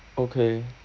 okay